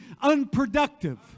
unproductive